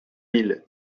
mille